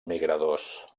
migradors